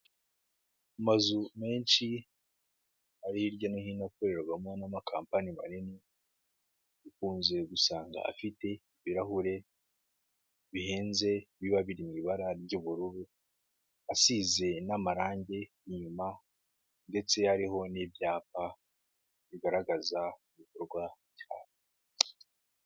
Amazu menshi ari hirya hino no hino akorerwamo n'amakampaniyi mani, ukunze gusanga afite ibirahure bihenze biba biri mu ibara ry'ubururu, asize n'amarangi inyuma ndetse harihoho n'ibyapa bigaragaza ibikorwa byabo.